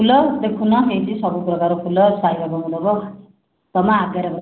ଫୁଲ ଦେଖୁନ ହେଇଛି ସବୁ ପ୍ରକାର ଫୁଲ ସାଇବାବାଙ୍କୁ ଦେବ ତମ ଆଗରେ